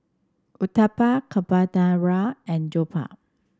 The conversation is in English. Uthapam Carbonara and jokbal